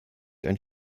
einen